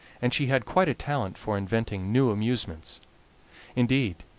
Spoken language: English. and she had quite a talent for inventing new amusements indeed,